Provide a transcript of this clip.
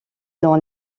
dans